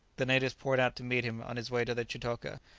the natives poured out to meet him on his way to the chitoka,